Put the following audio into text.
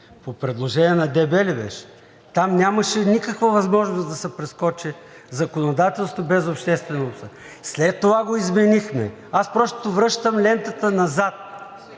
По предложение на ДБ ли беше? Там нямаше никаква възможност да се прескочи законодателство без обществено обсъждане. След това го изменихме, просто връщам лентата назад.